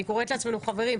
אני קוראת לעצמנו חברים,